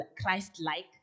Christ-like